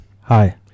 Hi